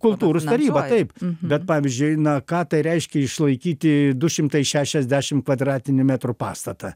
kultūros taryba taip bet pavyzdžiui na ką tai reiškia išlaikyti du šimtai šešiasdešim kvadratinių metrų pastatą